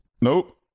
Nope